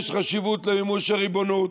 יש חשיבות למימוש הריבונות,